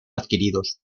adquiridos